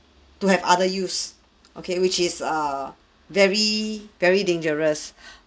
to have other use okay which is err very very dangerous